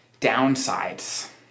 downsides